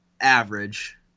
average